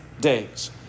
days